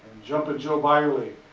jumpin' joe beyrle.